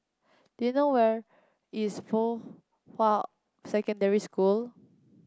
do you know where is Fuhua Secondary School